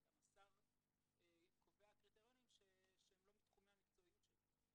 זה גם שהשר קובע קריטריונים שהם לא מתחומי המקצועיות שלו.